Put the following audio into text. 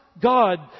God